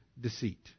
deceit